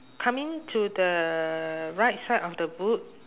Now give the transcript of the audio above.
coming to the right side of the boot